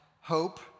hope